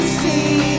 see